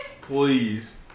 Please